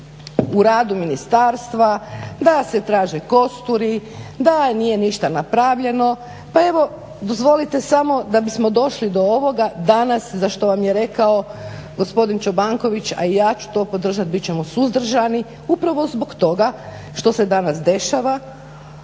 u radu ministarstva, da se traže kosturi, da nije ništa napravljeno, pa evo dozvolite samo, da bismo došli do ovoga danas, za što vam je rekao gospodin Čobanković, a i ja ću to podržat, bit ćemo suzdržani upravo zbog toga što se danas dešava.